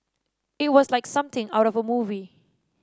it was like something out of a movie